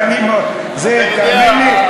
תאמין לי,